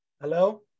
Hello